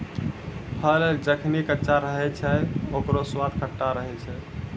फल जखनि कच्चा रहै छै, ओकरौ स्वाद खट्टा रहै छै